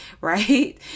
right